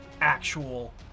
actual